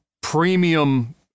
premium